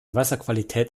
wasserqualität